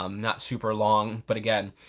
um not super long. but again,